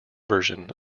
version